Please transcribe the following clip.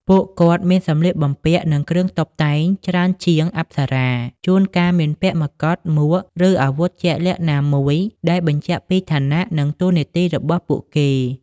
ពួកគាត់មាន សម្លៀកបំពាក់ និងគ្រឿងតុបតែងច្រើនជាង អប្សរា ជួនកាលមានពាក់មកុដ មួក ឬអាវុធជាក់លាក់ណាមួយ ដែលបញ្ជាក់ពីឋានៈ និងតួនាទីរបស់ពួកគេ។